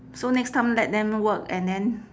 so next time let them work and then